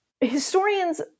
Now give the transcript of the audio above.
historians